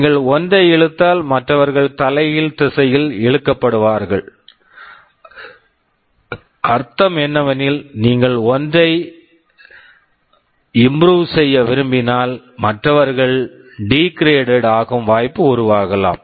நீங்கள் ஒன்றை இழுத்தால் மற்றவர்கள் தலைகீழ் திசையில் இழுக்கப்படுவார்கள் அர்த்தம் என்னவெனில் நீங்கள் ஒன்றை இம்ப்ரூவ் improve செய்ய விரும்பினால் மற்றவர்கள் டீக்ரேட்டட் degraded ஆகும் வாய்ப்பு உருவாகலாம்